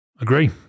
Agree